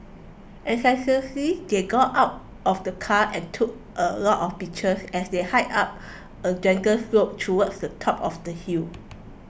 enthusiastically they got out of the car and took a lot of pictures as they hiked up a gentle slope towards the top of the hill